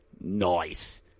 Nice